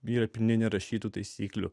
yra pilni nerašytų taisyklių